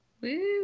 Woo